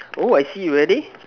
oh I see will they